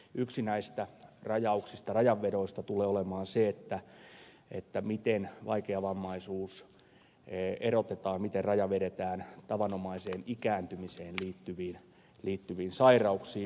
yksi näistä rajanvedoista tulee olemaan se miten vaikeavammaisuus erotetaan miten raja vedetään tavanomaiseen ikääntymiseen liittyviin sairauksiin